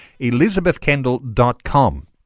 ElizabethKendall.com